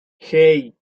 hey